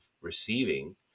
receiving